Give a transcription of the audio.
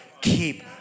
keep